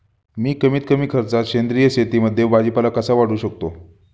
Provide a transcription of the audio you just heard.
मी कमीत कमी खर्चात सेंद्रिय शेतीमध्ये भाजीपाला कसा वाढवू शकतो?